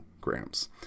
grams